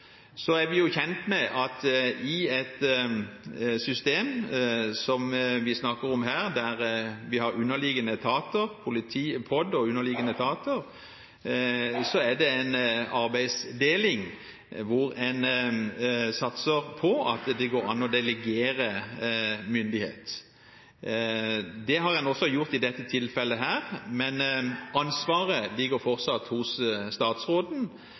Så er vi jo kjent med at i et system som vi snakker om her, der vi har POD og underliggende etater, er det en arbeidsdeling hvor en satser på at det går an å delegere myndighet. Det har en også gjort i dette tilfellet. Men ansvaret ligger fortsatt hos statsråden,